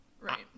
Right